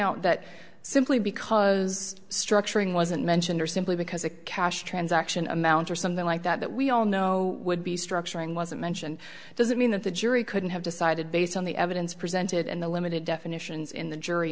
out that simply because structuring wasn't mentioned or simply because a cash transaction amount or something like that that we all know would be structuring wasn't mentioned doesn't mean that the jury couldn't have decided based on the evidence presented and the limited definitions in the jury